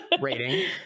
rating